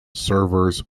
servers